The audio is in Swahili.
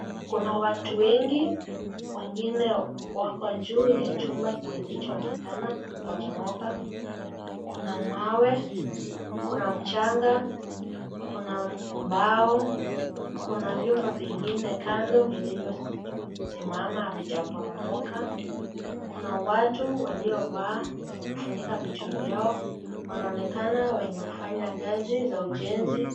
Kuna watu wengi, wengine wako juu ya chumba kilichoonekana kuporomoka. Kuna mawe, kuna mchanga, kuna mbao, kuna vyumba vingine kando vilivyosimama havijaporomoka. Kuna watu waliovaa kufunika vichwa vyao. Wanaonekana wenye kufanya kazi za ujenzi.